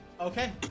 Okay